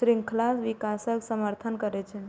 शृंखलाक विकासक समर्थन करै छै